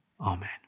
Amen